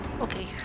Okay